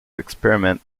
experiments